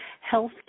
health